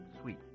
sweet